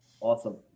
Awesome